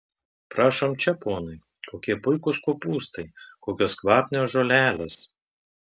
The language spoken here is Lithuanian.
prašom čia ponai kokie puikūs kopūstai kokios kvapnios žolelės